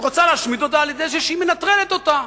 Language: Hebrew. היא רוצה להשמיד אותה על-ידי זה שהיא מנטרלת אותה,